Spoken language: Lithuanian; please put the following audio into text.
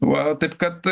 va taip kad